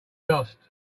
lost